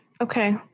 Okay